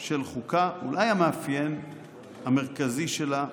של חוקה, אולי המאפיין המרכזי שלה,